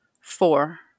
Four